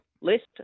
list